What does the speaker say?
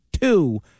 two